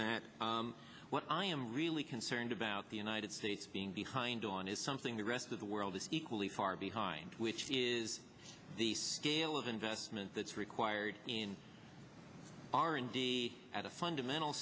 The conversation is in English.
that what i am really concerned about the united states being behind on is something the rest of the world is equally far behind which is the scale of investment that's required in r and d at a fundamental